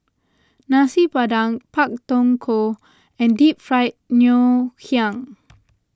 Nasi Padang Pak Thong Ko and Deep Fried Ngoh Hiang